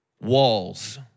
walls